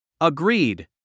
Agreed